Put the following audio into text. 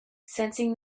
sensing